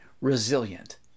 resilient